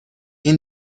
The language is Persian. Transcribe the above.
این